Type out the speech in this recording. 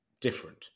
different